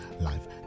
life